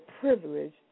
privilege